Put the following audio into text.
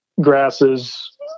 grasses